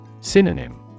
Synonym